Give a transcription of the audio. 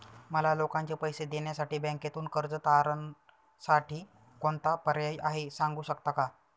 मला लोकांचे पैसे देण्यासाठी बँकेतून कर्ज तारणसाठी कोणता पर्याय आहे? सांगू शकता का?